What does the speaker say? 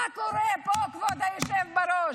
מה קורה פה, כבוד היושב בראש?